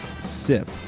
sip